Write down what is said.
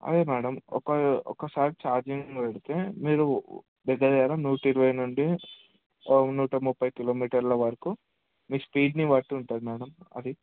అదే మ్యాడమ్ ఒక్క ఒక్కసారి ఛార్జింగ్ పెడితే మీరు దగ్గర దగ్గర నూట ఇరవై నుండి నూట ముప్పై కిలోమీటర్ల వరకు మీ స్పీడ్ని బట్టి ఉంటుంది మ్యాడమ్ అది